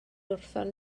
wrthon